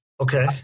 Okay